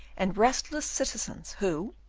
and restless citizens, who,